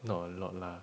not a lot lah